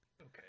Okay